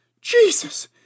Jesus